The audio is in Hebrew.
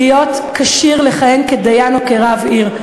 שעליו להיות כשיר לכהן כדיין או כרב עיר,